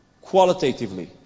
qualitatively